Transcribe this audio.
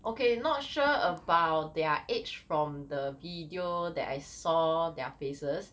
okay not sure about their age from the video that I saw their faces